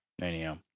anyhow